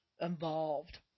involved